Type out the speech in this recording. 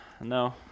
No